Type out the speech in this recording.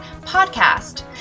podcast